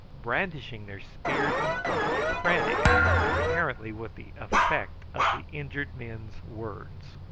brandishing their spears and clubs, frantic apparently with the effect of the injured men's words.